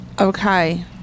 Okay